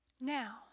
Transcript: Now